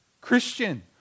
Christian